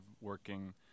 working